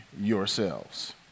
yourselves